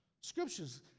Scriptures